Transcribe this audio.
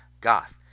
Goth